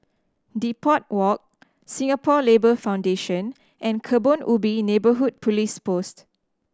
Depot Walk Singapore Labour Foundation and Kebun Ubi Neighbourhood Police Post